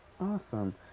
Awesome